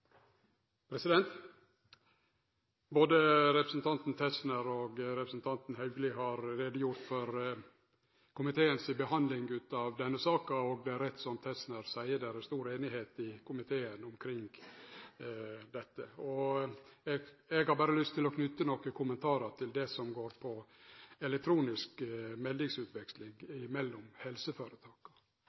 gjør. Både representanten Tetzschner og representanten Haugli har gjort greie for komiteen si behandling av denne saka, og det er rett som Tetzschner seier, det er stor einigheit i komiteen omkring dette. Eg har berre lyst til å knyte nokre kommentarar til det som går på elektronisk meldingsutveksling imellom helseføretaka. Dersom du i